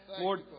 Lord